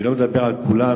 אני לא מדבר על כולם,